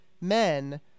men